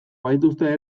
badituzte